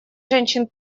женщин